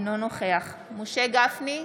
אינו נוכח משה גפני,